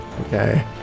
Okay